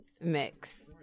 mix